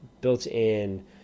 built-in